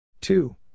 two